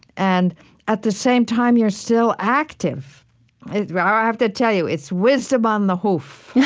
and at the same time, you're still active i have to tell you, it's wisdom on the hoof. yeah